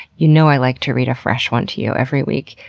you know i like to read a fresh one to you every week.